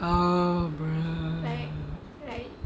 oh bro